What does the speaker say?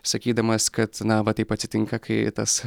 sakydamas kad na va taip atsitinka kai tas